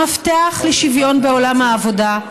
המפתח לשוויון בעולם העבודה,